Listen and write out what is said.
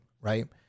right